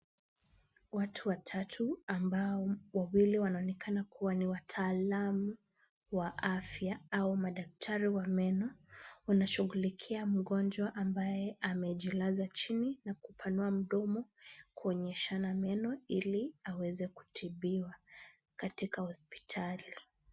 Watu watatu ambao wawili wanaonekana kuwa ni wataalamu wa afya au madaktari wa meno, wanashughulikia mgonjwa ambaye amejilaza chini na kupanua mdomo, kuonyeshana meno ili aweze kutibiwa katika hospitali.